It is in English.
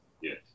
Yes